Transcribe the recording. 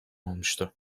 olmuştu